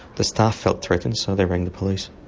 the staff felt threatened, so they rang the police.